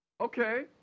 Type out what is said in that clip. Okay